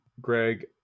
Greg